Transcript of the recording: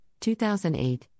2008